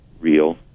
real